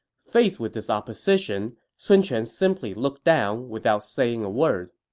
faced with this opposition, sun quan simply looked down without saying a word.